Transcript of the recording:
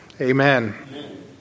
amen